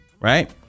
right